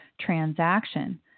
transaction